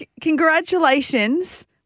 congratulations